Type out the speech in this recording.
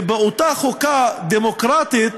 ובאותה חוקה דמוקרטית